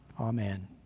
Amen